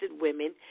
women